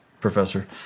professor